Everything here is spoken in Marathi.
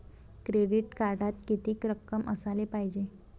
क्रेडिट कार्डात कितीक रक्कम असाले पायजे?